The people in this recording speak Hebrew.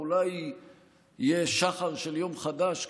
אולי יהיה שחר של יום חדש,